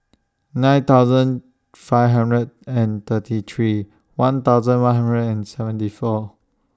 nine thousand five hundred and thirty three one thousand one hundred and seventy four